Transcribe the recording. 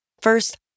First